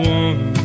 one